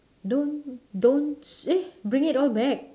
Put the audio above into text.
don't don't eh bring it all back